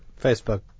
Facebook